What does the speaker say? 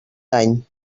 dany